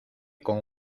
con